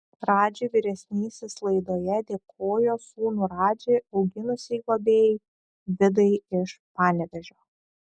radži vyresnysis laidoje dėkojo sūnų radži auginusiai globėjai vidai iš panevėžio